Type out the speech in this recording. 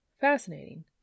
Fascinating